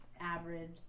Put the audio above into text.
average